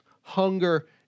hunger